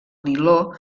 niló